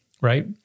right